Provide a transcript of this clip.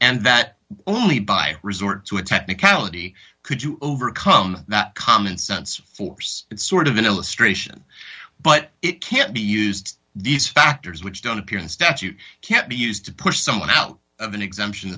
and that only by resort to a technicality could you overcome that common sense force sort of an illustration but it can't be used these factors which don't appear in statute can't be used to push someone out of an exemption